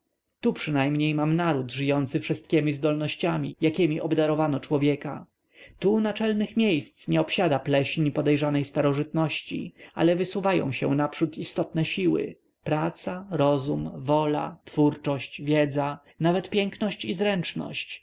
tu przynajmniej mam naród żyjący wszystkiemi zdolnościami jakiemi obdarowano człowieka tu naczelnych miejsc nie obsiada pleśń podejrzanej starożytności ale wysuwają się naprzód istotne siły praca rozum wola twórczość wiedza nawet piękność i